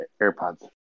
airpods